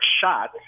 shot